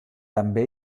també